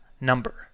number